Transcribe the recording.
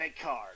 card